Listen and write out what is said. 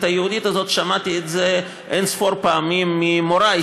היהודית הזאת שמעתי את זה אין-ספור פעמים ממורי,